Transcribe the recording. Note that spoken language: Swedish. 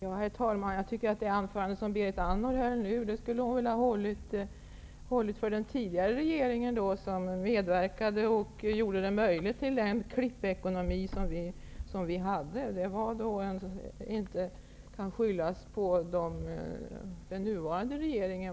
Herr talman! Jag tycker att det anförande som Berit Andnor nu höll skulle ha hållits för den tidigare regeringen, som gjorde klippekonomin möjlig. Det som har hänt fram till 1985 och efteråt kan inte skyllas på den nuvarande regeringen.